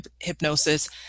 hypnosis